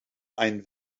einen